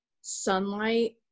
sunlight